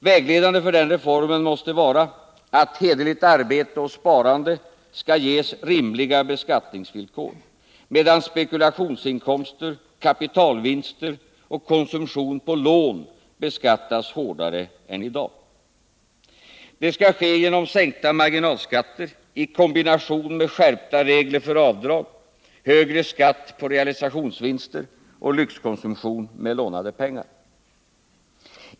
Vägledande för denna reform måste vara att hederligt arbete och sparande skall ges rimliga beskattningsvillkor, medan spekulationsinkomster, kapitalvinster och konsumtion på lån beskattas hårdare än i dag. Det skall ske genom sänkta marginalskatter i kombination med skärpta regler för avdrag, högre skatt på realisationsvinster och lyxkonsumtion med lånade pengar.